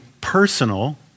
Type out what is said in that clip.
personal